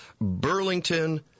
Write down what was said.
Burlington